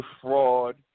fraud